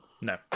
No